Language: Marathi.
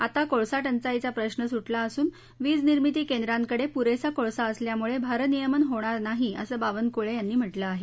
आता कोळसा टंचाईचा प्रश्न सुटला असून वीज निर्मिती केंद्रांकडे पुरेसा कोळसा असल्यामुळे भारनियमन होणार नसल्याचं बावनकुळे यांनी म्हटलं आहे